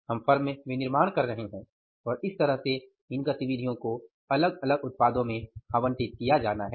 हम फर्म में विनिर्माण कर रहे हैं और इस तरह से इन गतिविधियों को अलग अलग उत्पादों में आवंटित किया जाना है